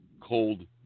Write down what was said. cold